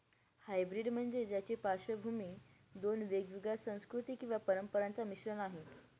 hybrid म्हणजे ज्याची पार्श्वभूमी दोन वेगवेगळ्या संस्कृती किंवा परंपरांचा मिश्रण आहे